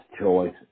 choice